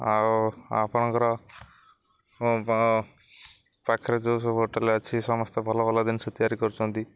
ଆଉ ଆପଣଙ୍କର ପାଖରେ ଯେଉଁ ସବୁ ହୋଟେଲ ଅଛି ସମସ୍ତେ ଭଲ ଭଲ ଜିନିଷ ତିଆରି କରୁଛନ୍ତି